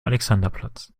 alexanderplatz